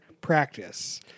practice